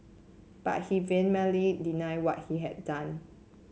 but he vehemently denied what he had done